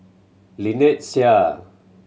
Lynnette Seah